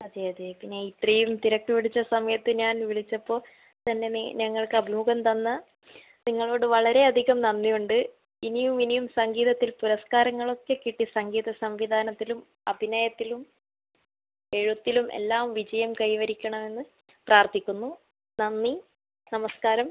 അതെ അതെ പിന്നെ ഇത്രയും തിരക്ക് പിടിച്ച സമയത്ത് ഞാൻ വിളിച്ചപ്പോൾ തന്നെ നീ ഞങ്ങൾക്ക് അഭിമുഖം തന്ന നിങ്ങളോട് വളരെ അധികം നന്ദി ഉണ്ട് ഇനിയും ഇനിയും സംഗീതത്തിൽ പുരസ്കാരങ്ങളൊക്കെ കിട്ടി സംഗീത സംവിധാനത്തിലും അഭിനയത്തിലും എഴുത്തിലും എല്ലാം വിജയം കൈവരിക്കണമെന്ന് പ്രാർത്ഥിക്കുന്നു നന്ദി നമസ്കാരം